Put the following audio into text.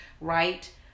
right